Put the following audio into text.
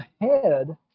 ahead